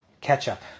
ketchup